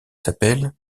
s’appelle